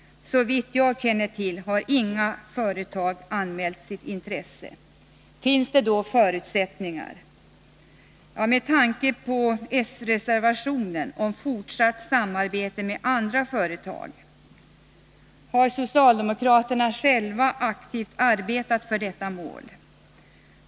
Såvitt jag känner till har inga företag anmält sitt intresse. Finns det då förutsättningar? Med anledning av den socialdemokratiska reservationen om fortsatt samarbete med andra företag vill jag fråga: Har socialdemokraterna själva aktivt arbetat för detta mål?